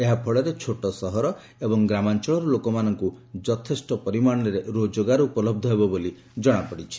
ଏହା ଫଳରେ ଛୋଟ ସହର ଏବଂ ଗ୍ରାମାଞ୍ଚଳର ଲୋକମାନଙ୍କୁ ଯଥେଷ୍ଟ ପରିମାଣରେ ରୋଜଗାର ଉପଲହ୍ଧ ହେବ ବୋଲି ଜଣାପଡ଼ିଛି